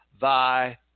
thy